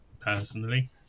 personally